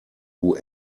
who